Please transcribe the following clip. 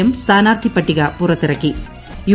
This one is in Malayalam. എം സ്ഥാനാർത്ഥി പട്ടിക പുറത്തിറ്ക്കി് യു